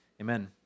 amen